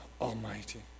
Almighty